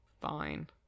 Fine